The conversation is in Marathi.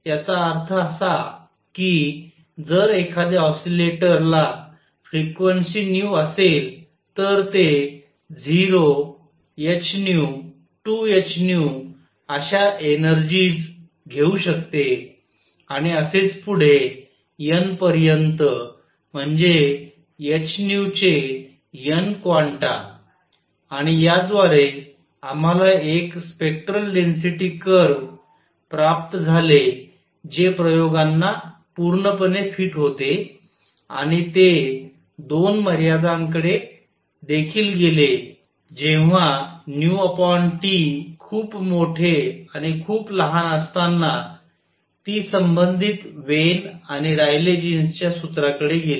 याचा अर्थ असा की जर एखाद्या ऑसिलेटरला फ्रिक्वेंसी nu असेल तर ते 0 h 2 h अश्या एनर्जीस घेऊ शकते आणि असेच पुढे n पर्यंत म्हणजे h चे n क्वांटा आणि याद्वारे आम्हाला एक स्पेक्ट्रल डेन्सिटी कर्व प्राप्त झाले जे प्रयोगांना पूर्णपणे फिट होते आणि ते 2 मर्यादाकडे देखील गेले जेव्हा T खूप मोठे आणि खूप लहान असताना ती संबंधित वेन आणि रायले जीन्स च्या सूत्राकडे गेले